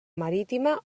marítima